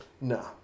No